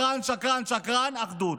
אחדות, שקרן, שקרן, שקרן, אחדות.